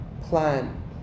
plan